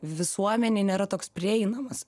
visuomenei nėra toks prieinamas